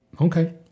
Okay